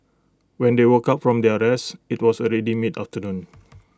when they woke up from their rest IT was already mid afternoon